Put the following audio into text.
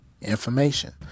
information